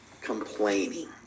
complaining